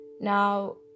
Now